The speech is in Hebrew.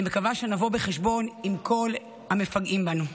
אני מקווה שנבוא חשבון עם כל המפגעים בנו.